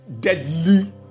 deadly